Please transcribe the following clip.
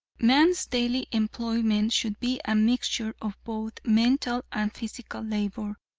man's daily employment should be a mixture of both mental and physical labor,